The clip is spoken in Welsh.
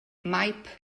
maip